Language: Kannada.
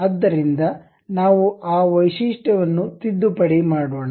ಆದ್ದರಿಂದ ನಾವು ಆ ವೈಶಿಷ್ಟ್ಯವನ್ನು ತಿದ್ದುಪಡಿ ಮಾಡೋಣ